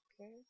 okay